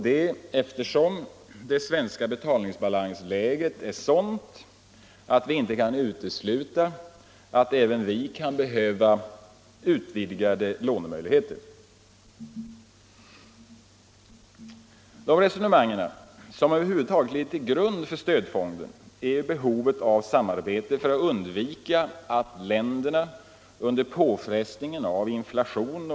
Det svenska betalningsbalansläget är nämligen sådant att vi inte kan utesluta att även vi kan behöva utvidgade lånemöjligheter. Vad som i första hand ligger till grund för stödfonden är behovet av samarbete för att undvika att länderna under påfrestningen av inflation .